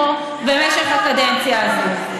זה אולי היה הדבר היחיד שצדקתם בו במשך הקדנציה הזאת.